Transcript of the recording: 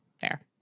fair